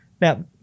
now